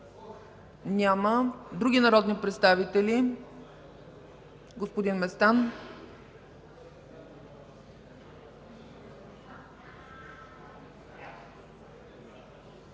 Няма. Други народни представители? Господин Местан.